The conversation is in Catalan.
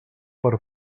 per